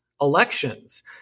elections